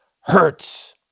hurts